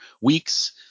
weeks